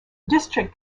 district